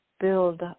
build